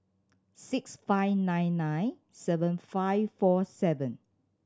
six five nine nine seven five four seven